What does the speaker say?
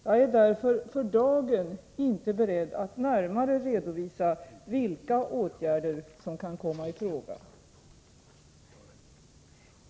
Jag är därför för dagen inte beredd att närmare redovisa vilka åtgärder som kan komma i fråga. stimulera upprustning och ombyggnad av äldre vattenkraftverk